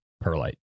perlite